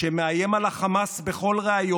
אז בזמן שהרב פרץ מחמם את הכיסא במשרד החינוך,